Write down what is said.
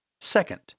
Second